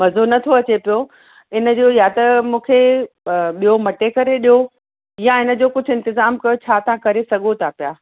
मज़ो न थो अचे पियो हिनजो या त मूंखे ॿियो मटे करे ॾियो या हिनजो कुझु इंतजाम कयो छा था करे सघो था पिया